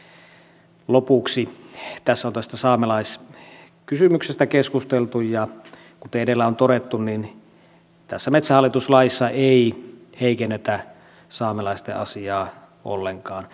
tässä on tästä saamelaiskysymyksestä keskusteltu ja kuten edellä on todettu niin tässä metsähallitus laissa ei heikennetä saamelaisten asiaa ollenkaan